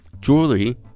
jewelry